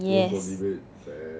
room for debate fair